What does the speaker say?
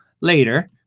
later